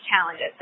challenges